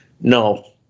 no